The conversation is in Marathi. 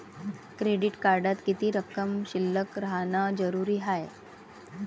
क्रेडिट कार्डात किती रक्कम शिल्लक राहानं जरुरी हाय?